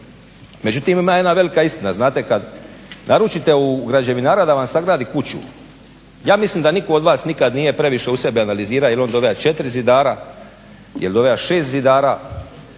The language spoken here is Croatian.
Međutim ima jedna velika istina znate kada naručite u građevinara da vam sagradi kuću ja mislim da nitko od vas nikad nije previše u sebi analizirao jel on doveo 4 zidara jel doveo 6 zidara,